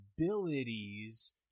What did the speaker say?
abilities